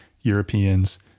Europeans